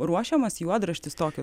ruošiamas juodraštis tokio